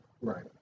Right